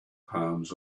palms